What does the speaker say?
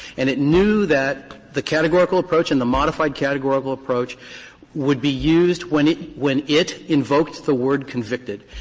and it knew that the categorical approach and the modified categorical approach would be used when it when it invoked the word convicted.